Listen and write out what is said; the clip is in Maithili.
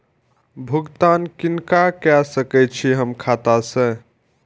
भुगतान किनका के सकै छी हम खाता से?